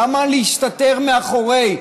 למה להסתתר מאחורי?